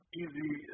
easy